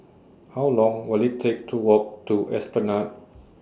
How Long Will IT Take to Walk to Esplanade